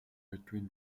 between